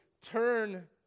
turn